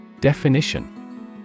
Definition